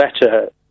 better